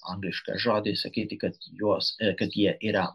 anglišką žodį sakyti kad juos kad jie yra